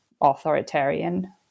authoritarian